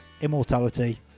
Immortality